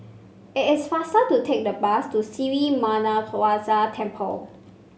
it is faster to take the bus to Sri Muneeswaran Temple